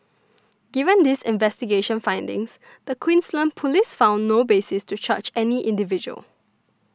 given these investigation findings the Queensland Police found no basis to charge any individual